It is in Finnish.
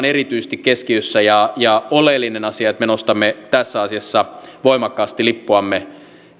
erityisesti keskiössä ja ja on oleellinen asia että me nostamme tässä asiassa voimakkaasti lippuamme